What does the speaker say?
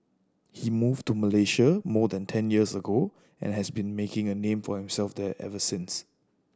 he moved to Malaysia more than ten years ago and has been making a name for himself there ever since